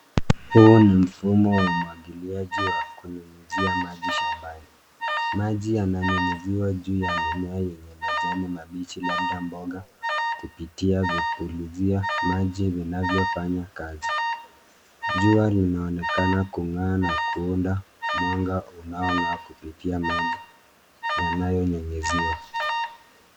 Huu ni mfumo wa umwagiliaji wa kunyunyuzia maji shambani. Maji yananyuziwa juu ya mimea yenye majani mabichi labda mboga kupitia vipulizia ,maji vinavyofanya kazi. Jua kungaa na kuunda mwanga unao na kupitia maji yanayonyunyuziwa.